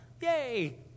Yay